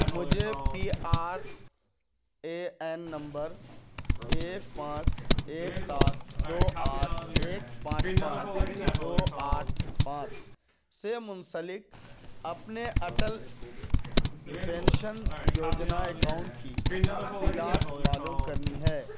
مجھے P R A N نمبر ایک پانچ ایک سات دو آٹھ ایک پانچ پانچ دو آٹھ پانچ سے منسلک اپنے اٹل پنشن یوجنا اکاؤن کی تفصیلات معلوم کرنی ہے